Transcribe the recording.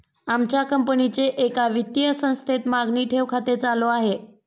आमच्या कंपनीचे एका वित्तीय संस्थेत मागणी ठेव खाते चालू आहे